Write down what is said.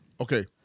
Okay